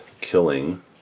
killing